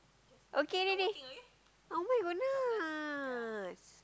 okay already oh my goodness